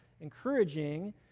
encouraging